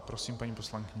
Prosím, paní poslankyně.